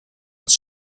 als